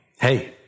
Hey